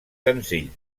senzill